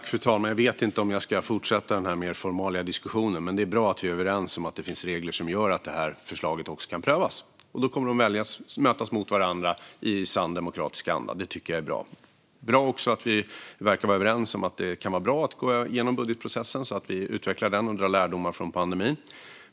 Fru talman! Jag vet inte om jag ska fortsätta med diskussionen som mer handlar om formalia, men det är bra att vi är överens om att det finns regler som gör att detta förslag också kan prövas. Då kommer de att ställas mot varandra i sann demokratisk anda. Det tycker jag är bra. Det är också bra att vi verkar vara överens om att det kan vara bra att gå igenom budgetprocessen så att vi utvecklar den och drar lärdomar från pandemin.